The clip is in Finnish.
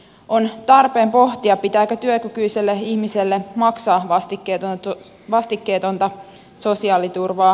on tarpeen pohtia pitääkö työkykyiselle ihmiselle maksaa vastikkeetonta sosiaaliturvaa